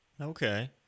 Okay